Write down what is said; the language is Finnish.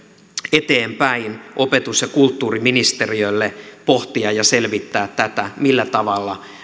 eteenpäin opetus ja kulttuuriministeriölle pohtia ja selvittää millä tavalla